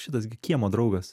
šitas gi kiemo draugas